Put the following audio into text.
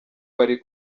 bari